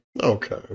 Okay